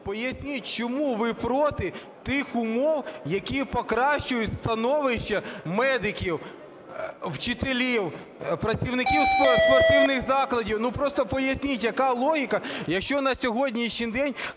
Поясніть, чому ви проти тих умов, які покращують становище медиків, вчителів, працівників спортивних закладів? Ну, просто поясність, яка логіка, якщо на сьогоднішній день